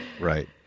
Right